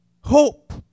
Hope